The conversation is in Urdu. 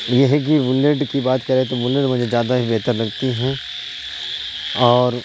یہ ہے کہ بلیٹ کی بات کریں تو بلیٹ مجھے زیادہ ہی بہتر لگتی ہیں اور